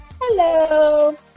Hello